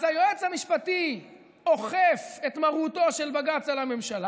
אז היועץ המשפטי אוכף את מרותו של בג"ץ על הממשלה,